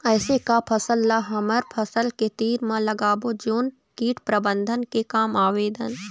ऐसे का फसल ला हमर फसल के तीर मे लगाबो जोन कीट प्रबंधन के काम आवेदन?